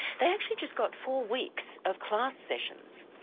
they actually just got four weeks of class sessions,